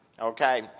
Okay